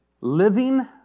Living